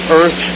earth